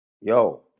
yo